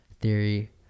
theory